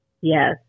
Yes